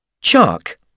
Chuck